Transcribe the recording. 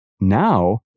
Now